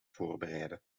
voorbereiden